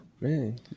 Man